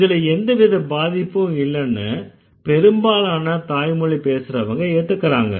இதுல எந்த வித பாதிப்பும் இல்லன்னு பெரும்பாலான தாய்மொழி பேசறவங்க ஏத்துக்கறாங்க